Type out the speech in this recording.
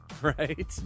Right